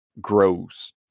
grows